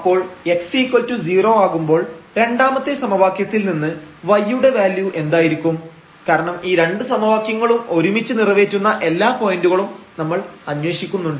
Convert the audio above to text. അപ്പോൾ x0 ആകുമ്പോൾ രണ്ടാമത്തെ സമവാക്യത്തിൽ നിന്ന് y യുടെ വാല്യൂ എന്തായിരിക്കും കാരണം ഈ രണ്ട് സമവാക്യങ്ങളും ഒരുമിച്ച് നിറവേറ്റുന്ന എല്ലാ പോയന്റുകളും നമ്മൾ അന്വേഷിക്കുന്നുണ്ട്